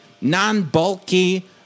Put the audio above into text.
non-bulky